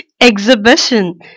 Exhibition